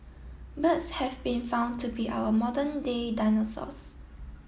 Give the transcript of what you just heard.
birds have been found to be our modern day dinosaurs